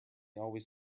always